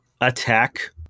attack